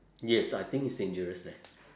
yes I think it's dangerous leh